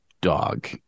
dog